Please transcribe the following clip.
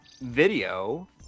video